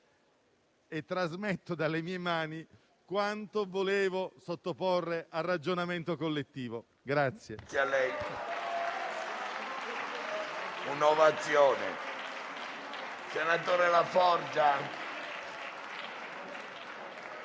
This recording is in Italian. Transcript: e trasmetto dalle mie mani quanto volevo sottoporre al ragionamento collettivo.